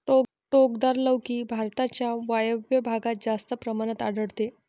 टोकदार लौकी भारताच्या वायव्य भागात जास्त प्रमाणात आढळते